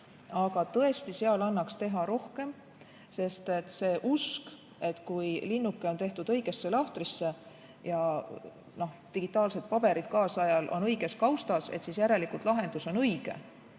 aga tõesti seal annaks teha rohkem. See usk, et kui linnuke on tehtud õigesse lahtrisse ja digitaalsed paberid kaasajal on õiges kaustas, siis järelikult lahendus on